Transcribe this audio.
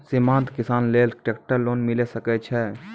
सीमांत किसान लेल ट्रेक्टर लोन मिलै सकय छै?